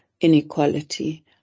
inequality